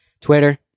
Twitter